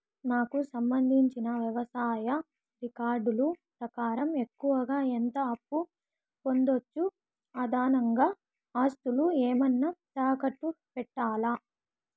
నాకు సంబంధించిన వ్యవసాయ రికార్డులు ప్రకారం ఎక్కువగా ఎంత అప్పు పొందొచ్చు, అదనంగా ఆస్తులు ఏమన్నా తాకట్టు పెట్టాలా?